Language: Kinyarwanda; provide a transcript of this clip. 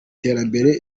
terambere